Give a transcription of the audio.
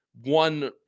one